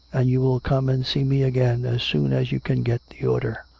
and you will come and see me again as soon as you can get the order.